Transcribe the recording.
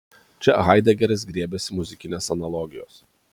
čia haidegeris griebiasi muzikinės analogijos